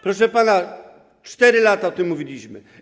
Proszę pana, 4 lata o tym mówiliśmy.